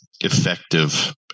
effective